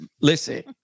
listen